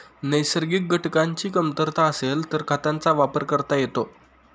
नैसर्गिक घटकांची कमतरता असेल तर खतांचा वापर करता येतो